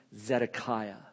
Zedekiah